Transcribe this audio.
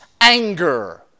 anger